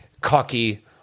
cocky